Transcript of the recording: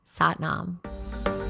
Satnam